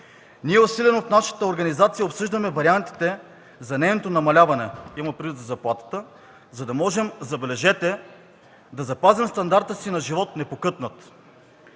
„Ние усилено, в нашата организация, обсъждаме вариантите за нейното намаляване,” – има предвид заплатата, „за да можем”, забележете, „да запазим стандарта си на живот непокътнат”.